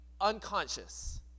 unconscious